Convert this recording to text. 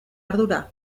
ardura